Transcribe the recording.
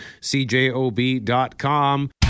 cjob.com